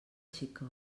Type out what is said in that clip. xicot